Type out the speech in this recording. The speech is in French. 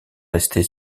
restées